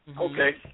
Okay